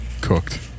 cooked